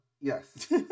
Yes